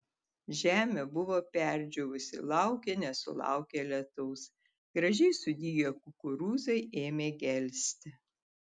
žemė buvo perdžiūvusi laukė nesulaukė lietaus gražiai sudygę kukurūzai ėmė gelsti